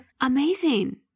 Amazing